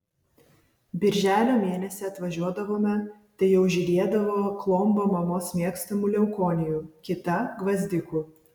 birželio mėnesį atvažiuodavome tai jau žydėdavo klomba mamos mėgstamų leukonijų kita gvazdikų